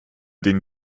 den